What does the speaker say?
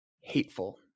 hateful